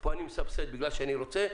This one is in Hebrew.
פה אני מסבסד בגלל שאני רוצה,